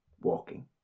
walking